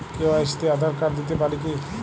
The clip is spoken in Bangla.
কে.ওয়াই.সি তে আধার কার্ড দিতে পারি কি?